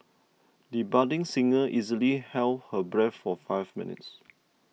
the budding singer easily held her breath for five minutes